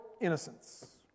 innocence